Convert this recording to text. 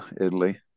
Italy